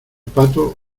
pato